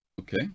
Okay